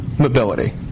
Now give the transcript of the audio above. mobility